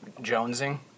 jonesing